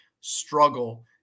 struggle